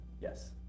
Yes